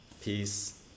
peace